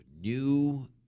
new